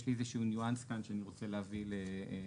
יש לי כאן איזשהו ניואנס שאני רוצה להביא לשיקולכם.